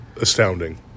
astounding